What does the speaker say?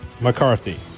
mccarthy